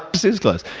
seuss gloves.